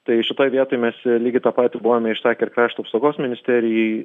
tai šitoj vietoj mes lygiai tą patį buvome išsakę ir krašto apsaugos ministerijai